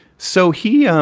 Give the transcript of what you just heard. so he um